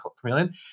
Chameleon